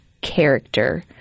character